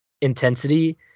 intensity